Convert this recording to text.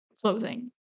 clothing